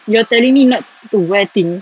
you're telling me not to wear things